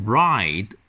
ride